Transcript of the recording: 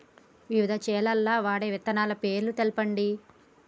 వివిధ చేలల్ల వాడే విత్తనాల పేర్లు చెప్పండి?